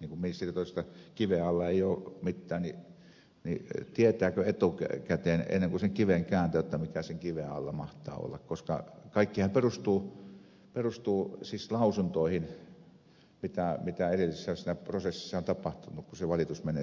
niin kuin ministeri totesi kiven alla ei ole mittään niin tietääkö etukäteen ennen kuin sen kiven kääntää mikä sen kiven alla mahtaa olla koska kaikkihan perustuu siis lausuntoihin siitä mitä siinä edellisessä prosessissa on tapahtunut kun se valitus menee sinne